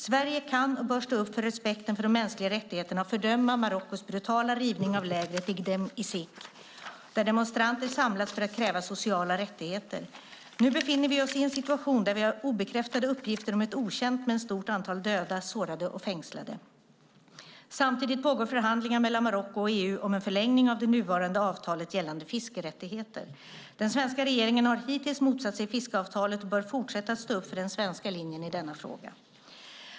Sverige kan och bör stå upp för respekten för de mänskliga rättigheterna och fördöma Marockos brutala rivning av lägret i Gdem Izik där demonstranter samlats för att kräva sociala rättigheter. Nu befinner vi oss i en situation där vi har obekräftade uppgifter om ett okänt men stort antal döda, sårade och fängslade. Samtidigt pågår förhandlingar mellan Marocko och EU om en förlängning av det nuvarande avtalet gällande fiskerättigheter. Den svenska regeringen har hittills motsatt sig fiskeavtalet och bör fortsätta att stå upp för den svenska linjen i denna fråga.